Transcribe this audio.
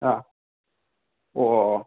ꯑꯥ ꯑꯣ ꯑꯣ ꯑꯣ